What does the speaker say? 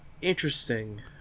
interesting